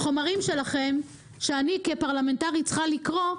חומרים שלכם שאני כפרלמנטרית צריכה לקרוא,